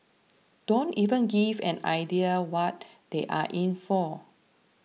don't even give an idea what they are in for